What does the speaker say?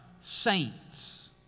Saints